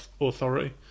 authority